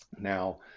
Now